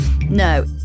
No